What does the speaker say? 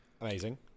Amazing